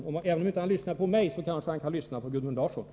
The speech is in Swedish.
Även om Georg Andersson inte lyssnar på mig, kanske han kan lyssna på Gudmund Larsson.